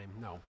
no